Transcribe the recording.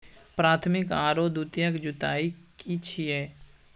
प्राथमिक आरो द्वितीयक जुताई की छिये?